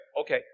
okay